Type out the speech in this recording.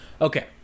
Okay